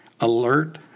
alert